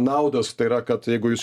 naudos tai yra kad jeigu jūs